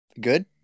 good